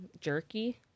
Jerky